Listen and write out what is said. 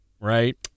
right